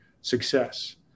success